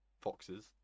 Foxes